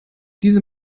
diese